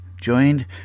joined